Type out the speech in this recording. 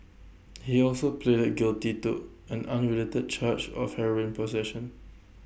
he also pleaded guilty to an unrelated charge of heroin possession